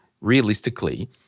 realistically